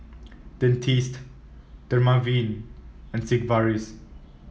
Dentiste Dermaveen and Sigvaris